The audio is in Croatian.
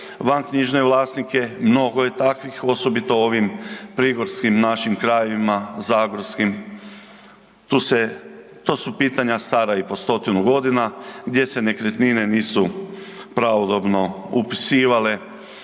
vanknjižne vlasnike, mnogo je takvih, osobito u ovim prigorskim našim krajevima, zagorskim, to su pitanja stara i po stotinu godina gdje se nekretnine nisu pravodobno upisivale